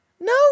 no